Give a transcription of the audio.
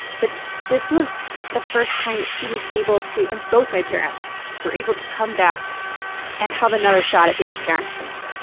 but this was the first time that she was able to and both my parents were able to come back and have another shot at being parents for me.